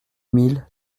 mille